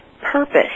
purpose